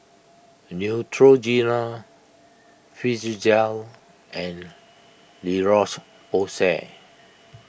Neutrogena Physiogel and La Roche Porsay